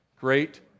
Great